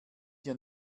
hier